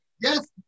Yes